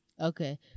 Okay